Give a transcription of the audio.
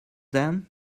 then